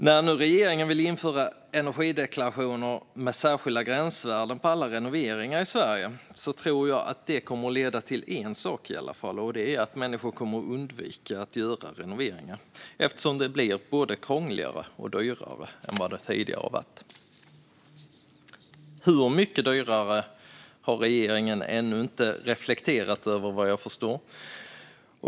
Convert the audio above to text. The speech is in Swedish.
När regeringen nu vill införa energideklarationer med särskilda gränsvärden för alla renoveringar i Sverige tror jag att det kommer att leda till en enda sak, och det är att människor kommer att undvika att göra renoveringar eftersom det blir både krångligare och dyrare än tidigare. Hur mycket dyrare har regeringen ännu inte reflekterat över, såvitt jag förstår.